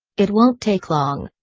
it won't take long.